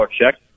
check